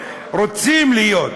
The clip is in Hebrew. רוצים להיות,